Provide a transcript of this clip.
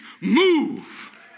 move